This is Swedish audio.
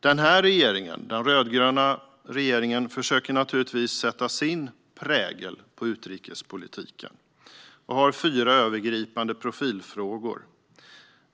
Den här regeringen, den rödgröna regeringen, försöker naturligtvis sätta sin prägel på utrikespolitiken och har fyra övergripande profilfrågor.